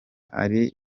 ariko